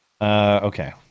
Okay